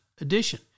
Edition